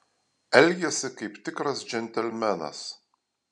elgėsi kaip tikras džentelmenas